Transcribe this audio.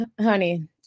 Honey